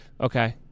Okay